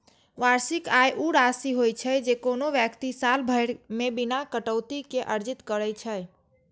वार्षिक आय ऊ राशि होइ छै, जे कोनो व्यक्ति साल भरि मे बिना कटौती के अर्जित करै छै